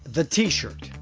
the t-shirt,